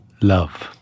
love